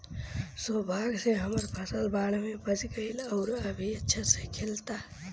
सौभाग्य से हमर फसल बाढ़ में बच गइल आउर अभी अच्छा से खिलता